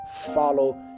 follow